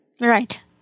Right